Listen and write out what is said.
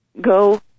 go